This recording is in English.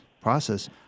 process